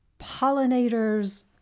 pollinators